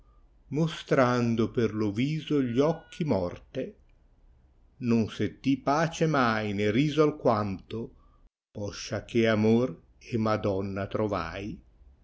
mostrando per lo viso gli occhi morte non sentì pace mai ne riso alquanto posciachè amor e madonna trovai